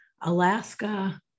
Alaska